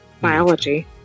biology